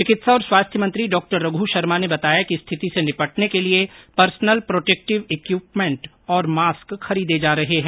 चिकित्सा और स्वास्थ्य मंत्री डॉ रघु शर्मा ने बताया कि स्थिति से निपटने के लिए पर्सनल प्रोटेक्टिव इक्यूपमेंट और मास्क खरीदे जा रहे हैं